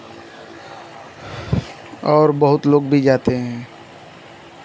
और बहुत लोग भी जाते हैं